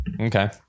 Okay